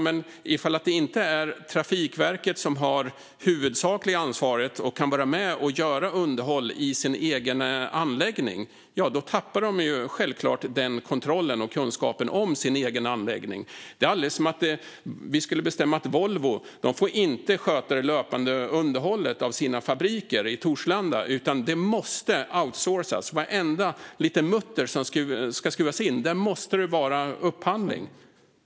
Men om Trafikverket inte har det huvudsakliga ansvaret och kan vara med och sköta underhållet i sin egen anläggning tappar man självklart kontrollen över och kunskapen om sin egen anläggning. Det är som om vi skulle bestämma att Volvo inte får sköta det löpande underhållet av sina fabriker i Torslanda, utan det måste outsourcas. Varenda liten mutter som ska skruvas i måste upphandlas.